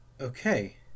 okay